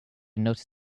noticed